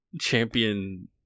Champion